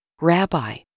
Rabbi